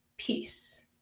Peace